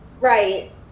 Right